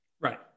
right